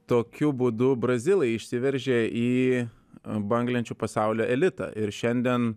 tokiu būdu brazilai išsiveržė į banglenčių pasaulio elitą ir šiandien